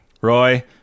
Roy